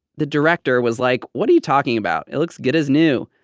the director was like, what are you talking about? it looks good as new.